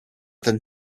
ten